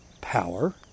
power